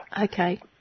Okay